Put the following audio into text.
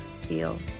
feels